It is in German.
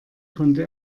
konnte